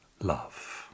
Love